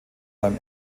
beim